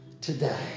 today